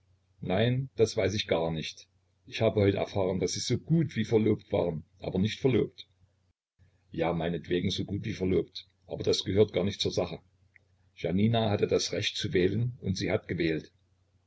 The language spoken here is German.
nein das weiß ich gar nicht ich habe heute erfahren daß sie so gut wie verlobt waren aber nicht verlobt ja meinetwegen so gut wie verlobt aber das gehört gar nicht zur sache janina hatte das recht zu wählen und sie hat gewählt